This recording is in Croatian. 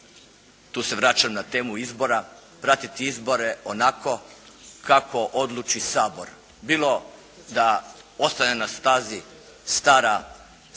tu se vraćam na temu izbora pratiti izbore onako kako odluči Sabor, bilo da ostaje na stazi stari pravilnik,